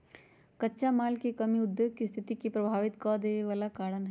कच्चा माल के कमी उद्योग के सस्थिति के प्रभावित कदेवे बला कारण हई